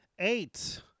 Eight